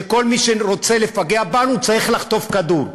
שכל מי שרוצה לפגע בנו צריך לחטוף כדור.